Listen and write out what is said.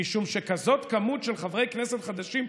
משום שכזאת כמות של חברי כנסת חדשים,